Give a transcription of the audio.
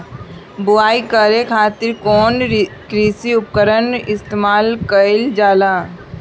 बुआई करे खातिर कउन कृषी उपकरण इस्तेमाल कईल जाला?